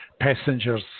passengers